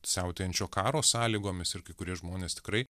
siautėjančio karo sąlygomis ir kai kurie žmonės tikrai